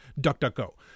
DuckDuckGo